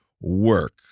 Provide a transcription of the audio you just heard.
work